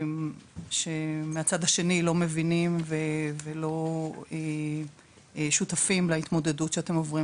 שמהצד השני לא מבינים ולא שותפים להתמודדות שאתם עוברים,